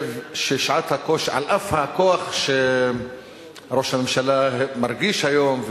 על אף הכוח שראש הממשלה מרגיש היום,